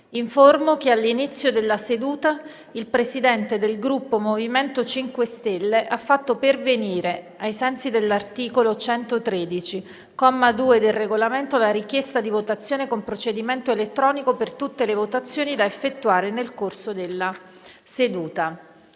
che all'inizio della seduta il Presidente del Gruppo MoVimento 5 Stelle ha fatto pervenire, ai sensi dell'articolo 113, comma 2, del Regolamento, la richiesta di votazione con procedimento elettronico per tutte le votazioni da effettuare nel corso della seduta.